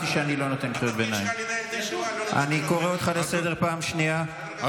אני קורא אותך לסדר פעם ראשונה.